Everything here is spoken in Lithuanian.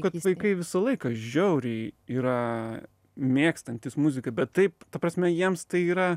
kad vaikai visą laiką žiauriai yra mėgstantys muziką bet taip ta prasme jiems tai yra